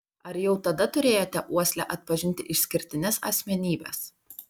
ar jau tada turėjote uoslę atpažinti išskirtines asmenybes